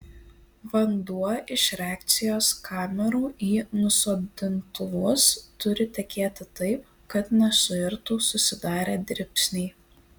vanduo iš reakcijos kamerų į nusodintuvus turi tekėti taip kad nesuirtų susidarę dribsniai